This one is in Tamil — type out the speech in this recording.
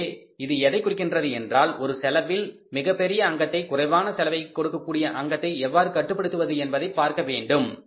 எனவே இது எதைக் குறிக்கிறது என்றால் ஒரு செலவில் மிகப்பெரிய அங்கத்தை குறைவான செலவை கொடுக்கக்கூடிய அங்கத்தை எவ்வாறு கட்டுப்படுத்துவது என்பதை பார்க்க வேண்டும்